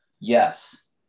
Yes